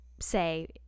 say